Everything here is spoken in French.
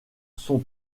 son